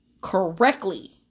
correctly